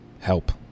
help